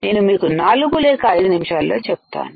నేను మీకు నాలుగు లేక ఐదు నిమిషాలలో చెప్తాను